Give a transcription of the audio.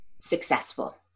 successful